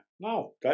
No